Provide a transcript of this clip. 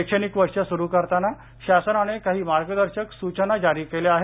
शैक्षणिक वर्ष सुरू करताना शासनाने काही मार्गदर्शक सूचना जारी केल्या आहेत